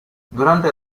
durante